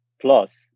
plus